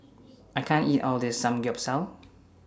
I can't eat All of This Samgeyopsal